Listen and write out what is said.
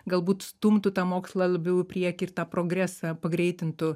galbūt stumtų tą mokslą labiau į priekį ir tą progresą pagreitintų